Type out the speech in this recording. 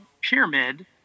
pyramid